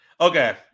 Okay